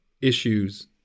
Issues